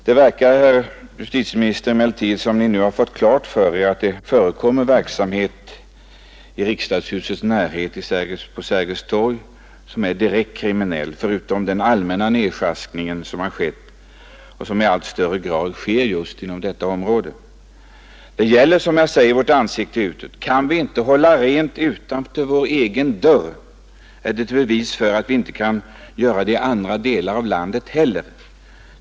Det verkar emellertid, herr justitieminister, som om Ni nu har fått klart för Er att det förekommer verksamhet i riksdagshusets närhet på Sergels torg som är direkt kriminell, förutom den allmänna nedsjaskning som skett och som i allt högre grad sker just inom detta område. Det gäller, som jag säger, vårt ansikte utåt. Kan vi inte hålla rent utanför vår egen dörr är det ett bevis för att vi inte kan göra det i andra delar av landet heller.